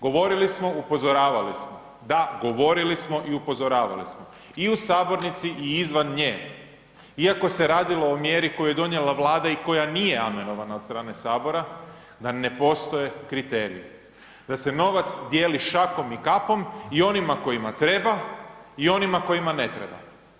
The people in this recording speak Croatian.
Govorili smo, upozoravali smo, da, govorili smo i upozoravali smo i u sabornici i izvan nje, iako se radilo o mjeri koju je donijela Vlada i koja nije amenovana od strane Sabora da ne postoje kriteriji, da se novac dijeli šakom i kapom i onima kojima treba i onima kojima ne treba.